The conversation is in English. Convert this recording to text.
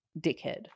dickhead